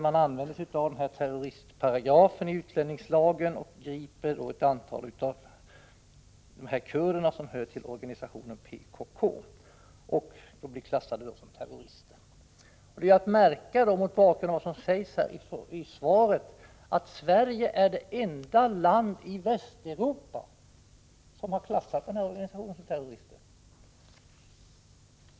Man använde sig av terroristparagrafen i utlänningslagen, grep ett antal kurder som tillhör organisationen PKK och klassade dem som terrorister. Mot bakgrund av vad som sägs i svaret är det att märka att Sverige är det enda land i Västeuropa som har klassat PKK som terroristorganisation.